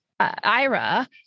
Ira